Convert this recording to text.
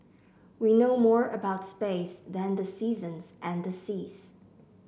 we know more about space than the seasons and the seas